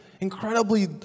incredibly